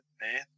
man